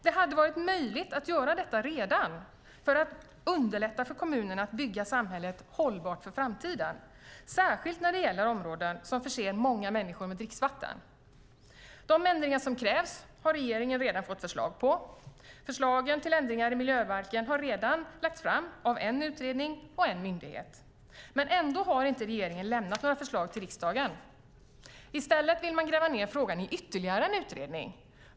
Det hade varit möjligt att redan göra detta för att underlätta för kommunerna att bygga samhället hållbart för framtiden, särskilt när det gäller områden som förser många människor med dricksvatten. De ändringar som krävs har regeringen redan fått förslag på. Förslagen till ändringar i miljöbalken har redan lagts fram av en utredning och en myndighet. Ändå har inte regeringen lämnat några förslag till riksdagen. I stället vill man gräva ned frågan i ytterligare en utredning.